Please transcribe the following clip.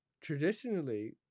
Traditionally